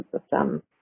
system